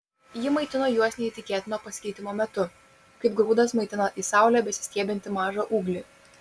ji maitino juos neįtikėtino pasikeitimo metu kaip grūdas maitina į saulę besistiebiantį mažą ūglį